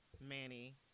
Manny